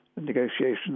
negotiations